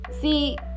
See